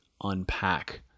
unpack